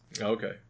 Okay